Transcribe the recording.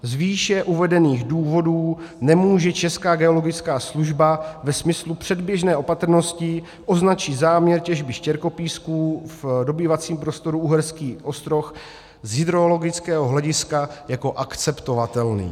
Z výše uvedených důvodů nemůže Česká geologická služba ve smyslu předběžné opatrnosti označit záměr těžby štěrkopísků v dobývacím prostoru Uherský Ostroh z hydrologického hlediska jako akceptovatelný.